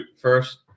first